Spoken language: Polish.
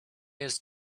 jest